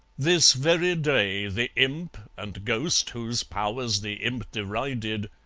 this very day the imp, and ghost, whose powers the imp derided,